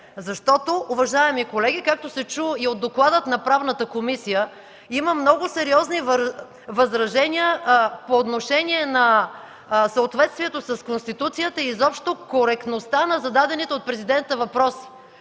защото, уважаеми колеги, както се чу и от доклада на Правната комисия, има много сериозни възражения по отношение на съответствието с Конституцията и изобщо коректността на зададените от Президента въпроси.